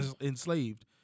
enslaved